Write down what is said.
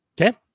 Okay